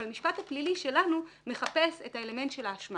אבל המשפט הפלילי שלנו מחפש את האלמנט של האשמה